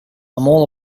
all